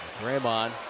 Draymond